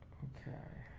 okay